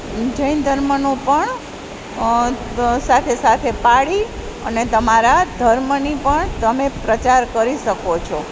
જૈન ધર્મનું પણ સાથે સાથે પાળી અને તમારા ધર્મની પણ તમે પ્રચાર કરી શકો છો